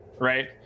right